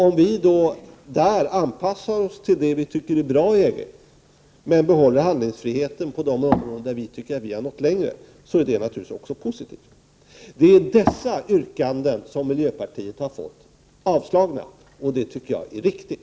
Om vi då anpassar oss till det som vi anser vara bra inom EG, men behåller handlingsfriheten på de områden där vi anser oss ha hunnit längre, är detta naturligtvis också positivt. Det är dessa yrkanden från miljöpartiet som har blivit avstyrkta, och det tycker jag är riktigt.